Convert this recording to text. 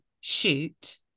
shoot